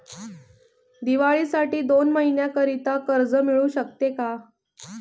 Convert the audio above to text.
दिवाळीसाठी दोन महिन्याकरिता कर्ज मिळू शकते का?